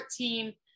14